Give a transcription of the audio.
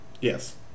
Yes